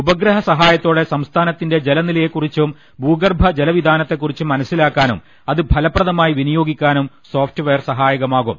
ഉപഗ്രഹ സഹായ ത്തോടെ സംസ്ഥാനത്തിന്റെ ജലനിലയെക്കുറിച്ചും ഭൂഗർഭ ജലവിതാനത്തെക്കുറിച്ചും മനസിലാക്കാനും അത് ഫലപ്രദമായി വിനിയോഗിക്കാനും സോഫ്റ്റ്വെയർ സഹായകമാകും